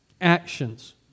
Actions